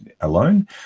alone